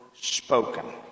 spoken